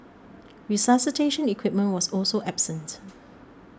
resuscitation equipment was also absent